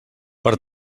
per